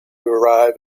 arrive